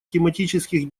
тематических